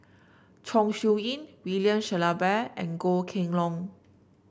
Chong Siew Ying William Shellabear and Goh Kheng Long